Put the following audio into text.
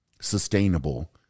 sustainable